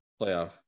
playoff